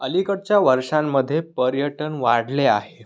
अलीकडच्या वर्षांमध्ये पर्यटन वाढले आहे